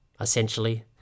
Essentially